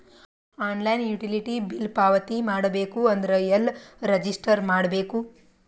Online utility bill ಪಾವತಿ ಮಾಡಬೇಕು ಅಂದ್ರ ಎಲ್ಲ ರಜಿಸ್ಟರ್ ಮಾಡ್ಬೇಕು?